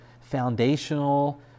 foundational